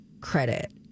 credit